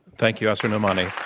thank you, asra nomani.